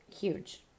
huge